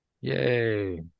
Yay